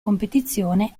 competizione